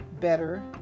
better